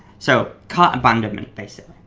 so cart abandonment basically.